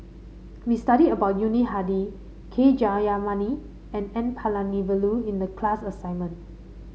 we studied about Yuni Hadi K Jayamani and N Palanivelu in the class assignment